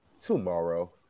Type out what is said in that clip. tomorrow